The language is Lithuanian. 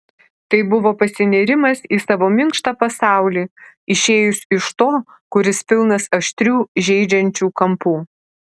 tai buvo pasinėrimas į savo minkštą pasaulį išėjus iš to kuris pilnas aštrių žeidžiančių kampų